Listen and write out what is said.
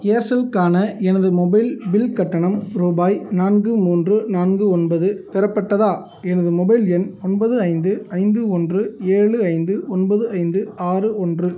ஏர்செல்க்கான எனது mobile bill கட்டணம் ரூபாய் நான்கு மூன்று நான்கு ஒன்பது பெறப்பட்டதா எனது மொபைல் எண் ஒன்பது ஐந்து ஐந்து ஒன்று ஏழு ஐந்து ஒன்பது ஐந்து ஆறு ஒன்று